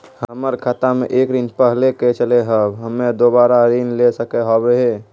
हमर खाता मे एक ऋण पहले के चले हाव हम्मे दोबारा ऋण ले सके हाव हे?